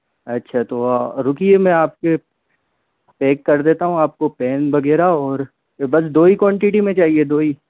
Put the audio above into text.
अच्छा तो रुकिए मैं आप के पैक कर देता हूँ आपको पेन वगैरह और बस दो ही क्वानटिटी में चाहिए दो ही